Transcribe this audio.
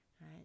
right